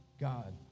God